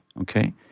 okay